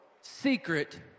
Secret